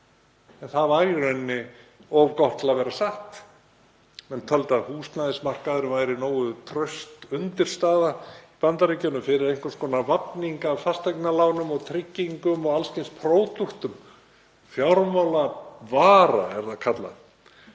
En það var í raun of gott til að vera satt. Menn töldu að húsnæðismarkaðurinn væri nógu traust undirstaða í Bandaríkjunum fyrir einhvers konar vafninga af fasteignalánum og tryggingum og alls kyns pródúktum; fjármálavara er það kallað.